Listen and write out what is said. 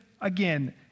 again